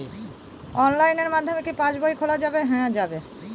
অনলাইনের মাধ্যমে কি পাসবই খোলা যাবে?